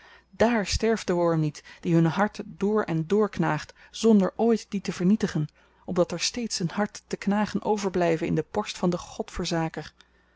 sterft de worm niet die hunne harten dr en dr knaagt zonder ooit die te vernietigen opdat er steeds een hart te knagen overblyve in de borst van den godverzaker